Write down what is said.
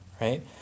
right